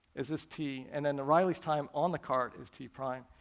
is this t, and then reilly's time on the cart is t prime.